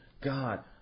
God